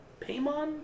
Paimon